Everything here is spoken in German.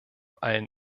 allen